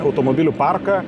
automobilių parką